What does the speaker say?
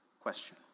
question